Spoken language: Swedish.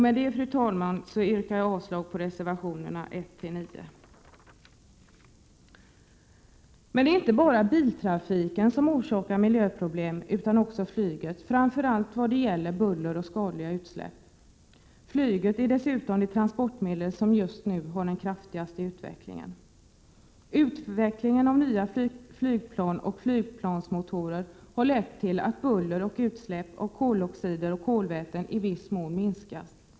Med detta, fru talman, yrkar jag avslag på reservationerna 1—9. Det är inte bara biltrafiken som orsakar miljöproblem utan också flyget, framför allt vad gäller buller och skadliga utsläpp. Flyget är dessutom det transportmedel som just nu har den kraftigaste utvecklingen. Utvecklingen av nya flygplan och flygplansmotorer har lett till att buller och utsläpp och koloxider och kolväten i viss mån minskats.